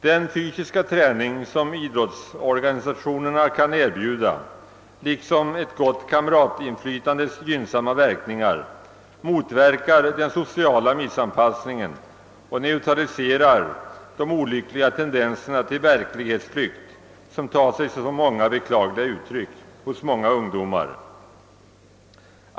Den fysiska träning som idrottsorganisationerna kan erbjuda motverkar tillsammans med inflytandet av gott kamratskap den sociala missanpassningen och neutraliserar de olyckliga tendenser till verklighetsflykt som tar sig så många beklagliga uttryck hos många ungdomar.